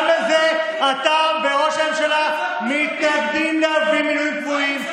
גם לזה אתה וראש הממשלה מתנגדים להביא מינויים קבועים.